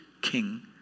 king